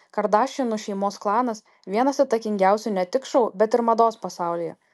kardašianų šeimos klanas vienas įtakingiausių ne tik šou bet ir mados pasaulyje